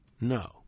No